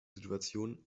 situation